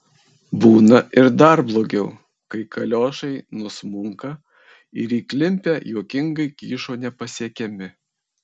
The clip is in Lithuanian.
būna ir dar blogiau kai kaliošai nusmunka ir įklimpę juokingai kyšo nepasiekiami